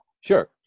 Sure